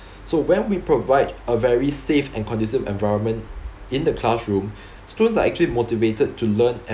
so when we provide a very safe and conducive environment in the classroom students are actually motivated to learn and